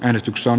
äänestyksen